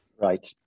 Right